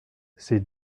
ces